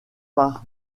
par